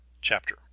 chapter